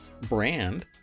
brand